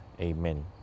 Amen